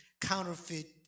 counterfeit